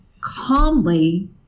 calmly